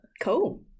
Cool